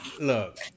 look